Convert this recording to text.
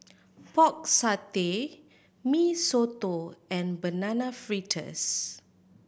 Pork Satay Mee Soto and Banana Fritters